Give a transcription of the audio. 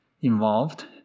involved